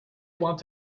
want